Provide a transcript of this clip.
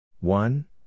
One